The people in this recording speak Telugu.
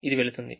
ఇది వెళుతుంది